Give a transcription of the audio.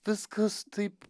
viskas taip